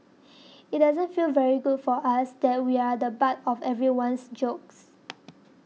it doesn't feel very good for us that we're the butt of everyone's jokes